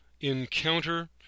Encounter